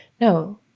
no